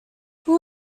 who